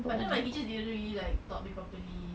but then my teacher didn't really taught me properly